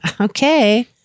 Okay